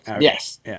yes